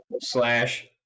slash